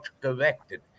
corrected